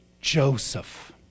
Joseph